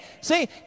See